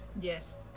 Yes